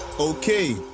Okay